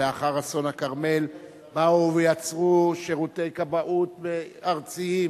שלאחר אסון הכרמל באו ויצאו שירותי כבאות ארציים.